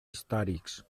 històrics